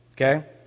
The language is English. Okay